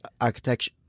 architecture